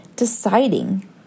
deciding